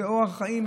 זה אורח חיים.